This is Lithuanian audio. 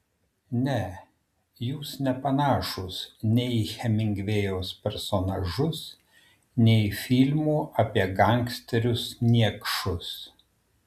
ne jūs nepanašūs nei į hemingvėjaus personažus nei į filmų apie gangsterius niekšus